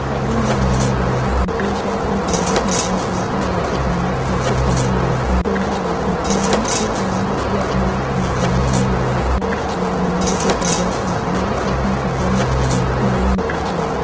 សាច់រឿង បានបង្ហាញយ៉ាងច្បាស់អំពី ការភាន់ច្រឡំក្នុងក្រុមគ្រួសារ ដែលជាចំណុចនៃភាពកំប្លែង និងរឿងរ៉ាវដ៏ស្មុគស្មាញ វាបានលើកយកនូវទំនាក់ទំនងស្នេហាប្លែកៗ ដែលមិនមែនជាទម្រង់ធម្មតានៅក្នុងសង្គមសម័យថ្មីមកបង្ហាញ។